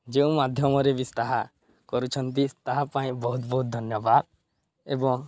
ଯେଉଁ ମାଧ୍ୟମରେ ବି ତାହା କରୁଛନ୍ତି ତାହା ପାଇଁ ବହୁତ ବହୁତ ଧନ୍ୟବାଦ ଏବଂ